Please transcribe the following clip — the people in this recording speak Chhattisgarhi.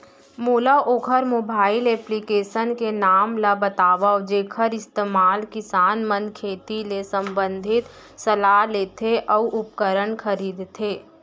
मोला वोकर मोबाईल एप्लीकेशन के नाम ल बतावव जेखर इस्तेमाल किसान मन खेती ले संबंधित सलाह लेथे अऊ उपकरण खरीदथे?